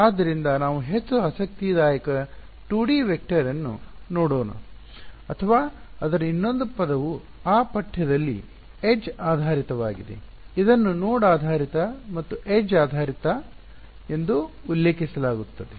ಆದ್ದರಿಂದ ನಾವು ಹೆಚ್ಚು ಆಸಕ್ತಿದಾಯಕ 2 ಡಿ ವೆಕ್ಟರ್ ಅನ್ನು ಮಾಡೋಣ ಅಥವಾ ಅದರ ಇನ್ನೊಂದು ಪದವು ಆ ಪಠ್ಯದಲ್ಲಿ ಎಡ್ಜ್ ಆಧಾರಿತವಾಗಿದೆ ಇದನ್ನು ನೋಡ್ ಆಧಾರಿತ ಮತ್ತು ಎಡ್ಜ್ ಆಧಾರಿತ ಸರಿ ಎಂದು ಉಲ್ಲೇಖಿಸಲಾಗುತ್ತದೆ